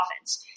offense